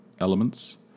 elements